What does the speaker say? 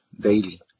daily